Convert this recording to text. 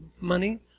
money